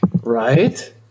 Right